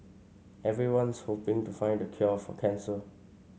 everyone's hoping to find the cure for cancer